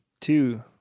Two